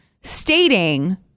stating